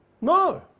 No